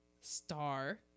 star